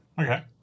Okay